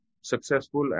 successful